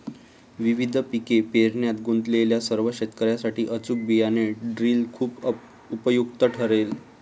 विविध पिके पेरण्यात गुंतलेल्या सर्व शेतकर्यांसाठी अचूक बियाणे ड्रिल खूप उपयुक्त ठरेल